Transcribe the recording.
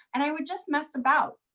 and i would just mess about.